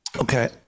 Okay